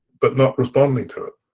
but not responding to